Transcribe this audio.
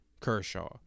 kershaw